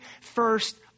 first